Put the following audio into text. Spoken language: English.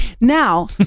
Now